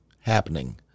happening